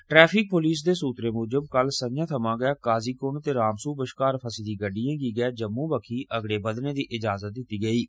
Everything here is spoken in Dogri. ट्रैफिक पुलस दे सुत्तरें मुजब कल संझां थमां गै काजीगुंड ते रामसू ब कार बत्ता फसी दिए गड़िड़एं गी गै जम्मू बक्खी अगड़े बघने दी इजाजत दित्ती गेई ऐ